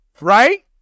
Right